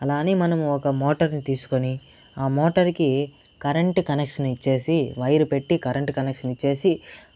అలా అని మనం ఒక మోటార్ తీసుకొని ఆ మోటర్ కి కరెంట్ కనెక్షన్ ఇచ్చేసి వైరు పెట్టి కరెంట్ కనెక్షన్ ఇచ్చేసి